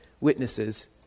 witnesses